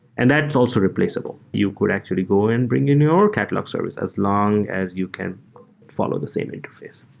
and that's also replaceable. you could actually go and bring in your catalogue service as long as you can follow the same interface.